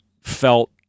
felt